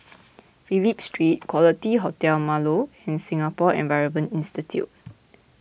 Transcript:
Phillip Street Quality Hotel Marlow and Singapore Environment Institute